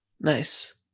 Nice